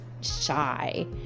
shy